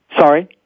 Sorry